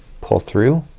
pull through,